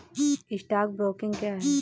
Stock broking क्या है?